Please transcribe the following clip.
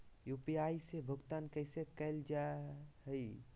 UPI से भुगतान कैसे कैल जहै?